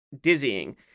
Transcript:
dizzying